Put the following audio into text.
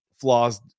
flaws